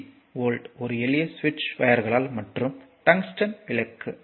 C volt ஒரு எளிய சுவிட்ச் வையர்கள் மற்றும் டங்ஸ்டன் விளக்கு